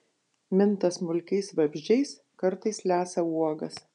minta smulkiais vabzdžiais kartais lesa uogas